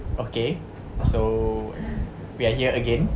okay so we are here again